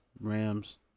Rams